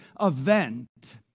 event